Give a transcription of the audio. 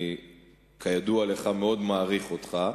שכידוע לך אני מאוד מעריך אותך,